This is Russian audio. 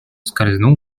соскользнул